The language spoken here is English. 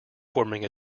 forming